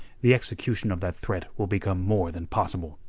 the execution of that threat will become more than possible.